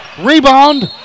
Rebound